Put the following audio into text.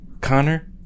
Connor